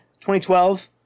2012